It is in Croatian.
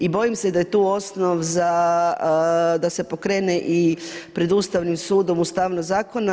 I bojim se da je tu osnov za, da se pokrene i pred Ustavnim sudom ustavnost zakona.